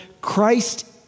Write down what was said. Christ